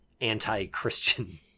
anti-Christian